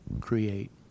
create